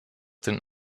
den